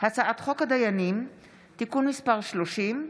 הצעת חוק הדיינים (תיקון מס' 30),